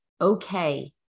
okay